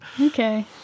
Okay